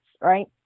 right